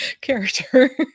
character